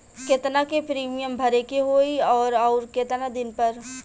केतना के प्रीमियम भरे के होई और आऊर केतना दिन पर?